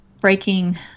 breaking